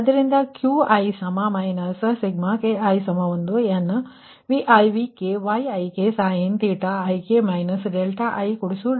ಆದ್ದರಿಂದ Qi k1nVi Vk Yiksin ik ik ಇದುಸಮೀಕರಣ 51